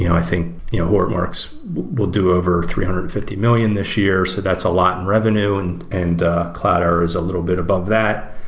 you know i think you know hortonworks works will do over three hundred and fifty million this year. so that's a lot in revenue and and cloudera is a little bit above that.